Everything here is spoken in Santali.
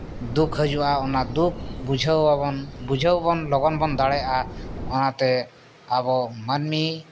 ᱫᱩᱠ ᱦᱤᱡᱩᱜᱼᱟ ᱚᱱᱟ ᱫᱩᱠ ᱵᱩᱡᱷᱟᱹᱣᱟᱵᱚᱱ ᱵᱩᱡᱷᱟᱹᱵᱚᱱ ᱞᱚᱜᱚᱱ ᱵᱚᱱ ᱫᱟᱲᱮᱭᱟᱜᱼᱟ ᱚᱱᱟᱛᱮ ᱟᱵᱚ ᱢᱟᱱᱢᱤ